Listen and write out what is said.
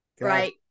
Right